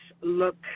look